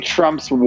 Trump's